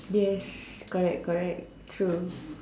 yes correct correct true